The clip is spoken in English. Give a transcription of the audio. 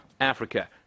Africa